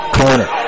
corner